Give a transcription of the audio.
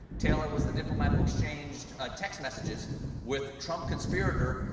taylor was the diplomat who exchanged ah text messages with trump conspirator,